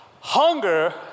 hunger